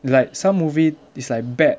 like some movie is like bad